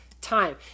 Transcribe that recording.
time